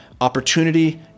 opportunity